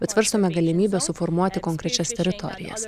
bet svarstome galimybę suformuoti konkrečias teritorijas